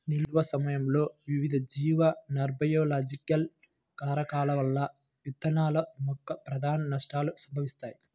నిల్వ సమయంలో వివిధ జీవ నాన్బయోలాజికల్ కారకాల వల్ల విత్తనాల యొక్క ప్రధాన నష్టాలు సంభవిస్తాయి